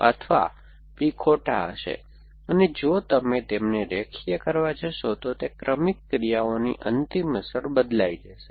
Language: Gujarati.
અથવા P ખોટા હશે અને જો તમે તેમને રેખીય કરવા જશો તો તે ક્રમિક ક્રિયાઓની અંતિમ અસર બદલાઈ જશે